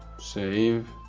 save